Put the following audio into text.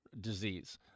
disease